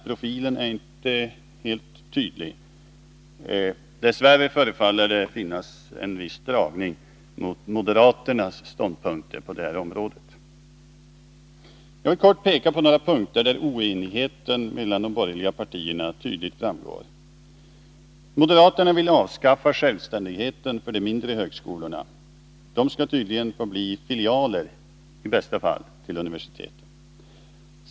Profilen är inte helt tydlig. Dess värre förefaller det finnas en viss dragning mot moderaternas ståndpunkter på detta område. Jag vill kort peka på några punkter där oenigheten mellan de borgerliga partierna tydligt framgår. Moderaterna vill avskaffa självständigheten för de mindre högskolorna. De skall tydligen bli filialer — i bästa fall — till universiteten.